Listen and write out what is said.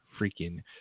freaking